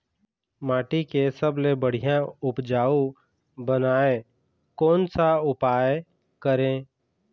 माटी के सबसे बढ़िया उपजाऊ बनाए कोन सा उपाय करें?